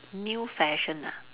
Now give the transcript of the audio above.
new fashion ah